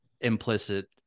implicit